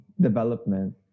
development